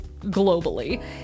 globally